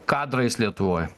kadrais lietuvoj